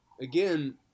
again